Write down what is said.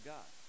God